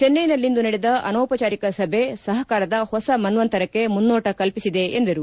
ಚೆನ್ನೆನಲ್ಲಿಂದು ನಡೆದ ಅನೌಪಚಾರಿಕ ಸಭೆ ಸಹಕಾರದ ಹೊಸ ಮನ್ತಂತರಕ್ಕೆ ಮುನ್ನೋಟ ಕಲ್ಪಿಸಿದೆ ಎಂದರು